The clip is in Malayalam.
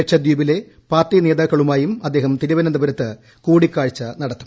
ലക്ഷദ്വീപിലെ പാർട്ടി നേതാക്കളുമായും അദ്ദേഹം തിരുവനന്തപുരത്ത് കൂടിക്കാഴ്ച നടത്തും